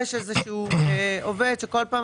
כשגריר בברזיל היה לי דמי ייצוג 2,000 שקל.